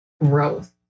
growth